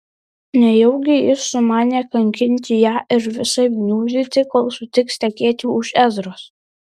nejaugi jis sumanė kankinti ją ir visaip gniuždyti kol sutiks tekėti už ezros